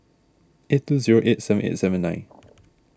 eight two zero eight seven eight seven nine